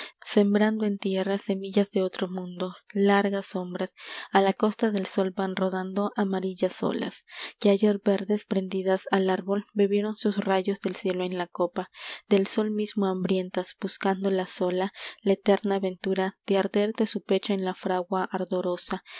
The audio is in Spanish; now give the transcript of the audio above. sembrando en tierra semillas de otro mundo largas sombras a la costa del sol van rodando amarillas olas a que ayer verdes prendidas al árbol bebieron sus rayos del cielo en la copa del sol mismo hambrientas buscando la sola la eterna ventura de arder de su pecho en la fragua ardorosa